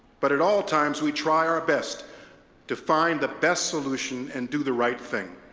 but, at all times, we try our best to find the best solution and do the right thing.